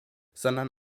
sondern